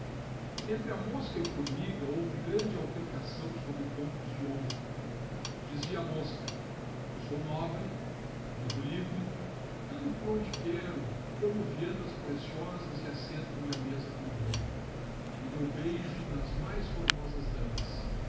e a mosca e formiga ouve grande altercação sobre poatos de honra diiaamosc eu sou nobre vivo livre ando por onde quero como viandas preciosas e aasento mc i ma com o rei edou beijo nas mais formosas damas